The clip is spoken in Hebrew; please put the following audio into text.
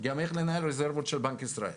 גם איך לנהל רזרבות של בנק ישראל,